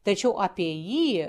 tačiau apie jį